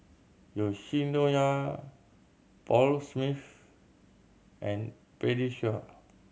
Yoshinoya Paul Smith and Pediasure